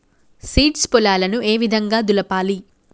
Seeds పొలాలను ఏ విధంగా దులపాలి?